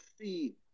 see